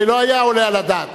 הרי לא היה עולה על הדעת.